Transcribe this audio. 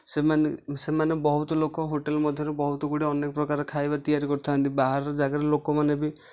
ସେମାନେ ସେମାନେ ବହୁତ ଲୋକ ହୋଟେଲ ମଧ୍ୟରୁ ବହୁତ ଗୁଡ଼ିଏ ଅନେକ ପ୍ରକାର ଖାଇବା ତିଆରି କରିଥାନ୍ତି ବାହାର ଜାଗାରେ ଲୋକମାନେ ବି